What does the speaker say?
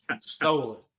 Stolen